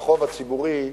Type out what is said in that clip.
בחוב הציבורי,